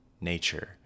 nature